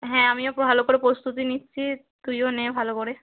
হ্যাঁ আমিও ভালো করে প্রস্তুতি নিচ্ছি তুইও নে ভালো করে